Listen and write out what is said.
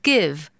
Give